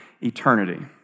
eternity